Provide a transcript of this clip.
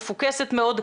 מפוקסת מאוד,